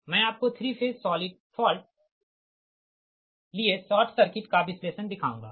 मैं आपको 3 phase solid fault लिए शॉर्ट सर्किट का विश्लेषण दिखाऊंगा